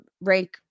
rank